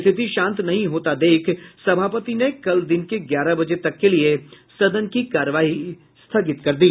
स्थिति शांत नहीं होते देख सभापति ने कल दिन के ग्यारह बजे तक के लिये सदन की कार्यवाही स्थगित कर दी